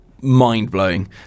mind-blowing